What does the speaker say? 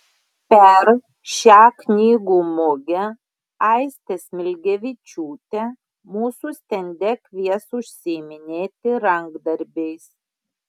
per šią knygų mugę aistė smilgevičiūtė mūsų stende kvies užsiiminėti rankdarbiais